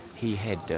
he had, ah,